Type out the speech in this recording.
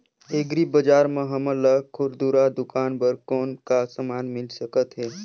Agri बजार म हमन ला खुरदुरा दुकान बर कौन का समान मिल सकत हे?